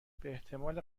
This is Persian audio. باحتمال